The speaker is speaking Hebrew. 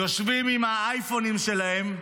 יושבים מסתכלים באייפון שלהם,